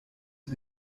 sie